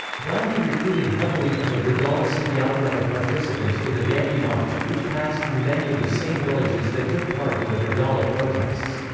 gandhi recruited heavily from the bardoli satyagraha participants for the dandi march, which passed through many of the same villages that took part in the bardoli protests.